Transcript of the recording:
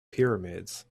pyramids